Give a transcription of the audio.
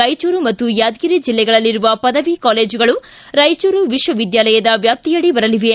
ರಾಯಚೂರು ಮತ್ತು ಯಾದಗಿರಿ ಜೆಲ್ಲೆಗಳಲ್ಲಿರುವ ಪದವಿ ಕಾಲೇಜುಗಳು ರಾಯಚೂರು ವಿಶ್ವವಿದ್ಯಾಲಯದ ವ್ಯಾಪ್ತಿಯಡಿ ಬರಲಿವೆ